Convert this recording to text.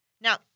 Now